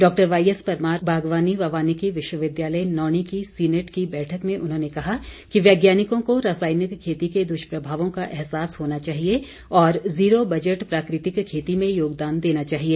डॉ वाईएस परमार बागवानी व वानिकी विश्वविद्यालय नौणी की सीनेट की बैठक में उन्होंने कहा कि वैज्ञानिकों को रासायनिक खेती के दुष्प्रभावों का अहसास होना चाहिए और जीरो बजट प्राकृतिक खेती में योगदान देना चाहिए